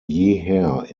jeher